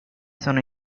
sono